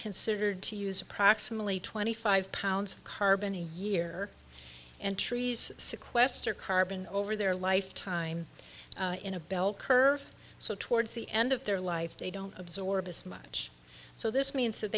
considered to use approximately twenty five pounds of carbon a year and trees sequester carbon over their life time in a bell curve so towards the end of their life they don't absorb as much so this means that